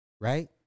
Right